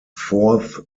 fourth